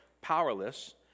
powerless